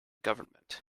government